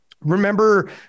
Remember